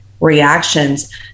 reactions